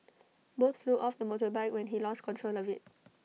both flew off the motorbike when he lost control of IT